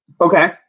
Okay